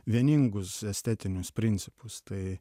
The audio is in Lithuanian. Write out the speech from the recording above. vieningus estetinius principus tai